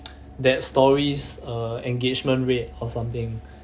that stories engagement rate or something